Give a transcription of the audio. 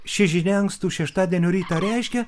ši žinia ankstų šeštadienio rytą reiškia